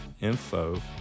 info